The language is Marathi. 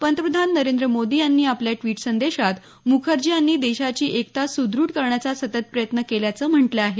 पंतप्रधान नरेंद्र मोदी यांनी आपल्या द्वीट संदेशात मुखर्जी यांनी देशाची एकता सुद्रढ करण्याचा सतत प्रयत्न केल्याचं म्हटलं आहे